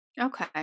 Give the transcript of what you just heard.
Okay